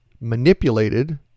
manipulated